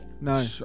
No